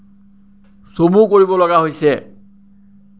চমু কৰিবলগা হৈছে